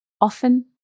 Often